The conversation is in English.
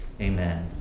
amen